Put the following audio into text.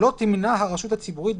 לא תמנע הרשות הציבורית,